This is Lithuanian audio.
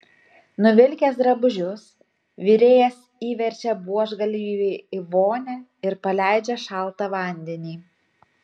nuvilkęs drabužius virėjas įverčia buožgalvį į vonią ir paleidžia šaltą vandenį